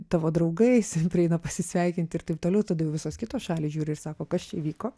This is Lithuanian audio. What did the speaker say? tavo draugais prieina pasisveikinti ir taip toliau tada jau visos kitos šalys žiūri ir sako kas čia įvyko